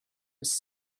was